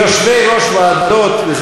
יושבי-ראש ועדות.